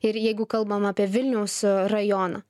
ir jeigu kalbam apie vilniaus rajoną